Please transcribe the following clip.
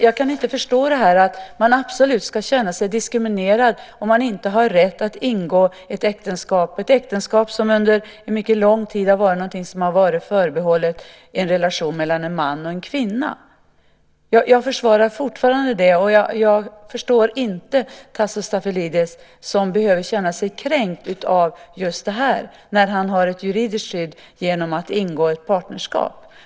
Jag kan inte förstå att man absolut ska känna sig diskriminerad om man inte har rätt att ingå äktenskap - ett äktenskap som under mycket lång tid har varit förbehållet en relation mellan en man och en kvinna. Jag försvarar det fortfarande. Jag förstår inte att Tasso Stafilidis ska behöva känna sig kränkt av just det här, när han har ett juridiskt skydd genom att ingå partnerskap.